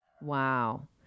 Wow